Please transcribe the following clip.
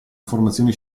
informazioni